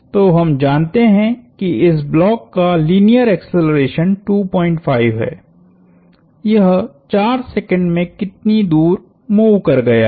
तो हम जानते हैं कि इस ब्लॉक का लीनियर एक्सेलरेशन 25 है यह 4s में कितनी दूर मूव कर गया है